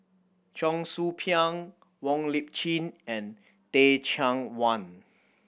Cheong Soo Pieng Wong Lip Chin and Teh Cheang Wan